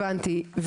הבנתי,